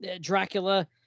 Dracula